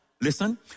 listen